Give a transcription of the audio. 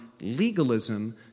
legalism